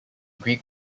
greek